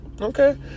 Okay